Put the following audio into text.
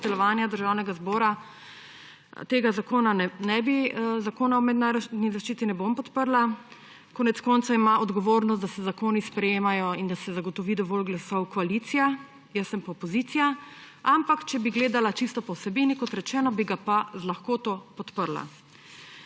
Državnega zbora, Zakona o mednarodni zaščiti ne bom podprla. Konec koncev ima koalicija odgovornost, da se zakoni sprejemajo in da se zagotovi dovolj glasov. Jaz sem pa opozicija. Ampak če bi gledala čisto po vsebini, kot rečeno, bi ga pa z lahkoto podprla.